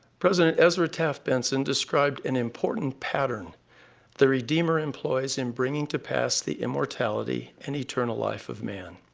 president ezra taft benson described an important pattern the redeemer employs in bringing to pass the immortality and eternal life of man.